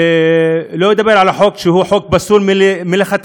שלא לדבר על החוק שהוא חוק פסול מלכתחילה,